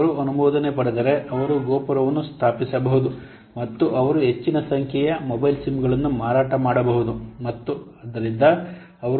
ಅವರು ಅನುಮೋದನೆ ಪಡೆದರೆ ಅವರು ಗೋಪುರವನ್ನು ಸ್ಥಾಪಿಸಬಹುದು ಮತ್ತು ಅವರು ಹೆಚ್ಚಿನ ಸಂಖ್ಯೆಯ ಮೊಬೈಲ್ ಸಿಮ್ಗಳನ್ನು ಮಾರಾಟ ಮಾಡಬಹುದು ಮತ್ತು ಆದ್ದರಿಂದ ಅವರ ಲಾಭವು ಹೆಚ್ಚು ಇರುತ್ತದೆ